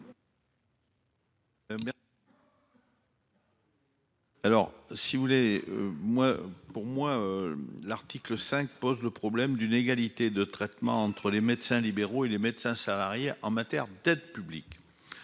Alors si vous voulez moi pour moi. L'article 5 pose le problème d'une égalité de traitement entre les médecins libéraux et les médecins salariés en matière d'aide publique.